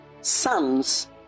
sons